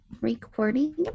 recording